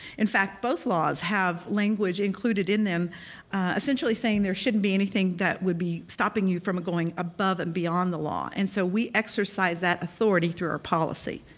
in fact, both laws have language included in them essentially saying there shouldn't be anything that would be stopping you from going above and beyond the law. and so we exercise that authority through our policy.